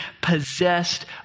possessed